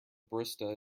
barista